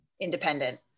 independent